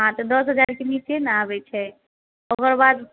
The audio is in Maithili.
हँ तऽ दस हजार से नीचे नहि आबै छै ओकर बाद